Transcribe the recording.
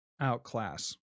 outclass